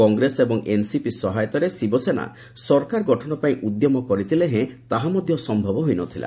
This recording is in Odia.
କଂଗ୍ରେସ ଏବଂ ଏନ୍ସିପି ସହାୟତାରେ ଶିବସେନା ସରକାର ଗଠନ ପାଇଁ ଉଦ୍ୟମ କରିଥିଲେ ହେଁ ତାହା ସମ୍ଭବ ହୋଇନଥିଲା